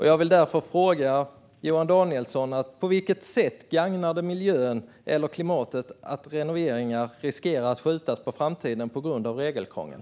Jag vill därför fråga Johan Danielsson: På vilket sätt gagnar det miljön eller klimatet att renoveringar riskerar att skjutas på framtiden på grund av regelkrångel?